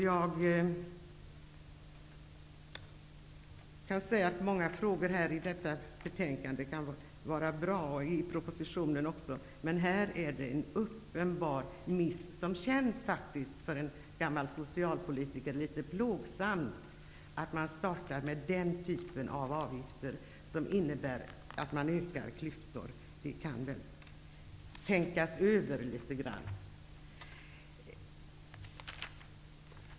Det som sägs i många frågor i betänkandet, och också i propositionen, kan vara bra. Men här har vi en uppenbar miss. För en gammal socialpolitiker som jag känns det faktiskt litet plågsamt att man startar med en typ av avgifter som innebär ökade klyftor. Det här kan väl tänkas över litet grand.